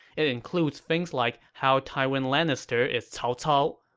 it includes things like how tywin lannister is cao cao,